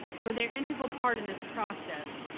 for their integral part in this process,